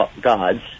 gods